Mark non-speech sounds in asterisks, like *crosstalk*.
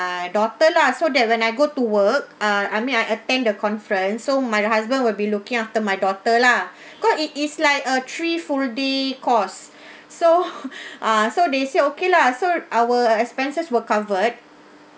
daughter lah so that when I go to work ah I mean I attend the conference so my husband will be looking after my daughter lah *breath* cause it is like a three full day course *breath* so *laughs* ah so they say okay lah so our e~ expenses were covered